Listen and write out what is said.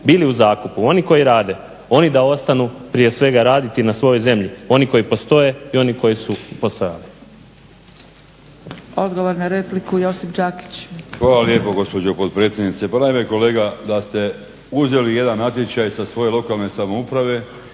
bili u zakupu, oni koji rade, oni da ostanu prije svega raditi na svojoj zemlji, oni koji postoje i oni koji su postojali.